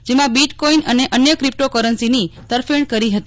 જેમાં બીટકોઈન અને અન્ય ક્રીપ્ટો કરન્સીની તરફેણ કરી હતી